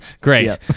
Great